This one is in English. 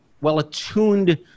well-attuned